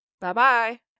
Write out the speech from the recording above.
Bye-bye